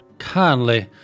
kindly